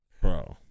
Bro